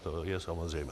To je samozřejmé.